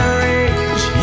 rage